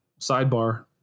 Sidebar